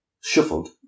shuffled